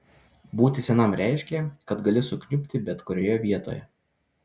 būti senam reiškė kad gali sukniubti bet kurioje vietoje